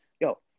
Yo